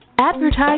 Advertise